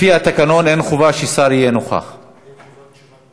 לפי התקנון אין חובה ששר יהיה נוכח, כן,